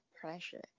pressure